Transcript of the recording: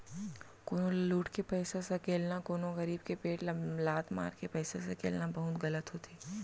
कोनो ल लुट के पइसा सकेलना, कोनो गरीब के पेट ल लात मारके पइसा सकेलना बहुते गलत होथे